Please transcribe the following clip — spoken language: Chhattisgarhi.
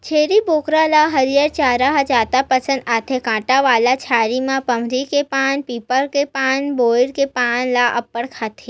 छेरी बोकरा ल हरियर चारा ह जादा पसंद आथे, कांटा वाला झाड़ी म बमरी के पाना, पीपल के पाना, बोइर के पाना ल अब्बड़ खाथे